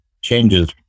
changes